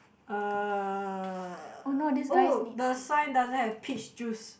uh oh the sign doesn't have peach juice